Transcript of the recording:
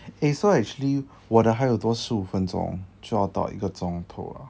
eh so actually 我的还有多十五分钟就要到一个钟头